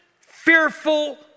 fearful